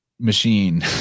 Machine